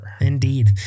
Indeed